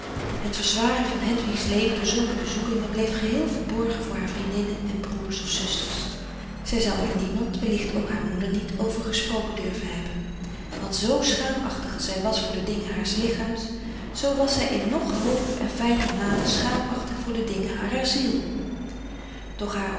het verzwaren van hedwigs leven door zulke bezoekingen bleef geheel verborgen voor haar vriendinnen en broers of zusters zij zou er niemand wellicht ook haar moeder niet over gesproken durven hebben want zoo schaamachtig als zij was voor de dingen haars lichaams zoo was zij in nog hooger en fijner mate schaamachtig voor de dingen harer ziel doch